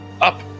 Up